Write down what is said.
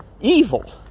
evil